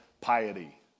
piety